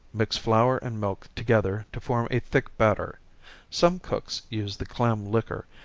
mix flour and milk together to form a thick batter some cooks use the clam liquor,